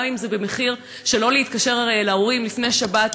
גם אם זה במחיר של לא להתקשר להורים לפני שבת,